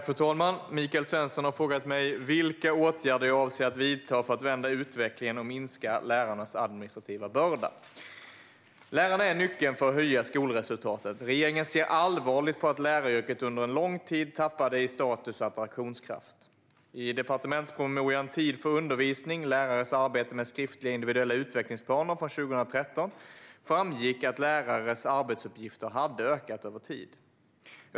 Fru talman! Michael Svensson har frågat mig vilka åtgärder jag avser att vidta för att vända utvecklingen och minska lärarnas administrativa börda. Lärarna är nyckeln för att höja skolresultaten. Regeringen ser allvarligt på att läraryrket under en lång tid tappade i status och attraktionskraft. I departementspromemorian Tid för undervisning - lärares arbete med skriftliga individuella utvecklingsplaner från 2013 framgick att lärares arbetsuppgifter hade ökat över tid.